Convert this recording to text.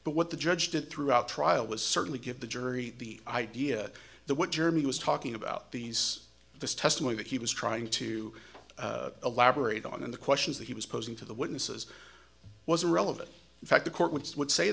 but what the judge did throughout the trial was certainly give the jury the idea that what germany was talking about these this testimony that he was trying to elaborate on the questions that he was posing to the witnesses was irrelevant in fact the court would would say